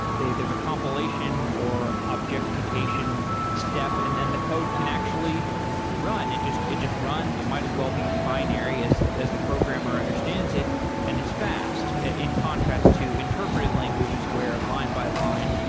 there's a compilation or objectification step and then the code can actually run, it just it just runs, it might as well be in binary as as the programmer understands it and it's fast in contrast to interpreted languages where line by line,